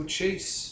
chase